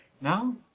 No